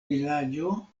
vilaĝo